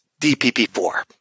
DPP-4